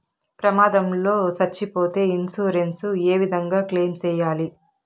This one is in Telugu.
ప్రమాదం లో సచ్చిపోతే ఇన్సూరెన్సు ఏ విధంగా క్లెయిమ్ సేయాలి?